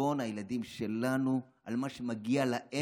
חשבון הילדים שלנו, על מה שמגיע להם,